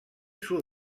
sud